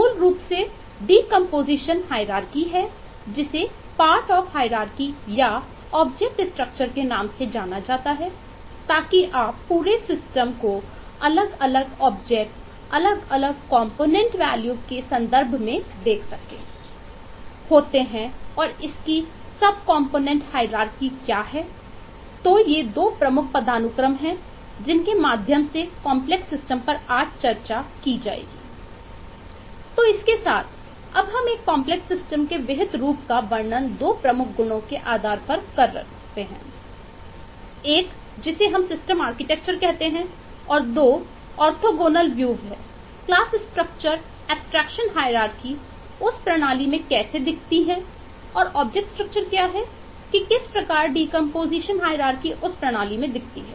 तो यह मूल रूप से है डीकंपोजिशन हाइरारकी पर आज चर्चा की जाएगी